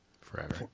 forever